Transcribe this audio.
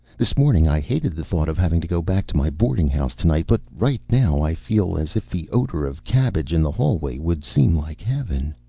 this morning i hated the thought of having to go back to my boarding-house to-night, but right now i feel as if the odor of cabbage in the hallway would seem like heaven.